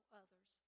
others